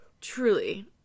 Truly